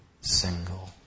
single